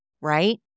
right